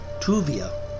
Tuvia